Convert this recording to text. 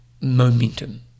momentum